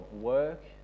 work